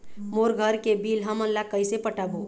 मोर घर के बिल हमन का कइसे पटाबो?